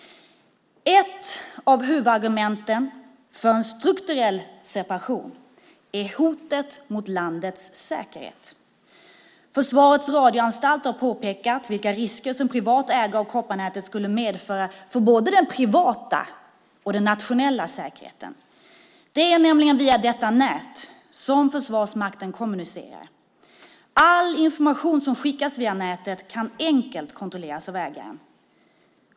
Ett av huvudargumenten för en strukturell separation är hotet mot landets säkerhet Försvarets radioanstalt har påpekat vilka risker som privat ägo av kopparnätet skulle medföra för både den privata och den nationella säkerheten. Det är nämligen via detta nät som Försvarsmakten kommunicerar. All information som skickas via nätet kan enkelt kontrolleras av ägaren.